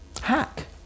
hack